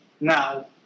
now